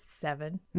seven